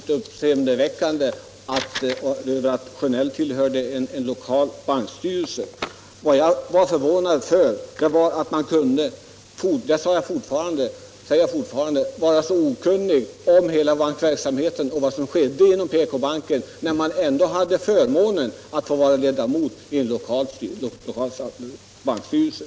det är uppseendeväckande att herr Sjönell tillhör en lokal bankstyrelse — observera det, herr Sjönell! Vad jag var förvånad över var — och det är jag fortfarande — att man kan vara så okunnig om bankverksamheten och om vad som sker inom PK banken när man ändå har förmånen att vara ledamot av en lokal bankstyrelse.